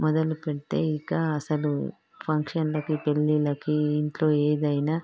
మొదలు పెడితే ఇంకా అసలు ఫంక్షన్లకు పెళ్లిళ్లకి ఇంట్లో ఏదైనా